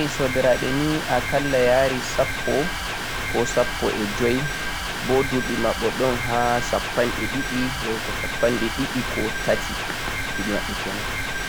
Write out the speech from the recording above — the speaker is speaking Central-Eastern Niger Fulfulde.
Miɗon mari sobiraɓe nii akalla yaran sappo koh sappo e joi, bo duɓe maɓɓe ɗonha sappanɗe ɗiɗi koh tati